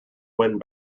wind